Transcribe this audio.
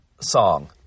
song